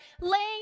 laying